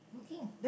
working